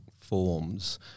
forms